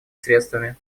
средствами